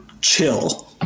Chill